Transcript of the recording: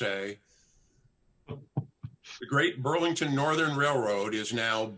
say the great burlington northern railroad is now